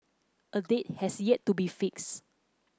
a date has yet to be fixed